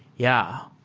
yeah.